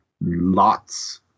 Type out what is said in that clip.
lots